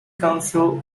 council